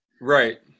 Right